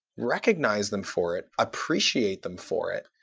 recognize them for it, appreciate them for it.